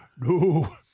no